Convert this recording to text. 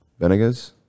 Venegas